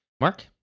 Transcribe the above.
Mark